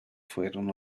fueron